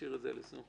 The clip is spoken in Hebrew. נשאיר את זה על 25%,